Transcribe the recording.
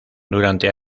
durante